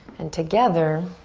and together